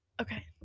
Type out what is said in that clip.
okay